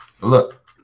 look